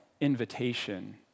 invitation